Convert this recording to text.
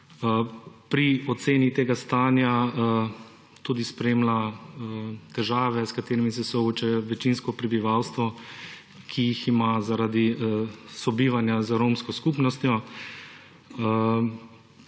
pri oceni tega stanja tudi spremlja težave, s katerimi se sooča večinsko prebivalstvo, ki jih ima zaradi sobivanja z romsko skupnostjo.